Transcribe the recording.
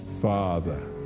Father